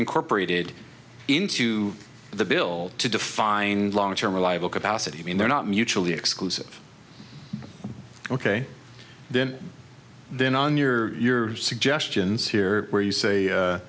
incorporated into the bill to define long term reliable capacity mean they're not mutually exclusive ok then then on your suggestions here where you say